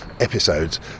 episodes